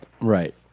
right